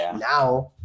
Now